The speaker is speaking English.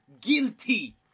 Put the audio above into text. guilty